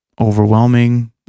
Overwhelming